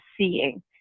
seeing